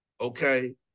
Okay